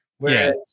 Whereas